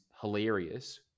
hilarious